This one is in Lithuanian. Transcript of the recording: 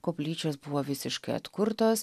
koplyčios buvo visiškai atkurtos